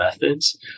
methods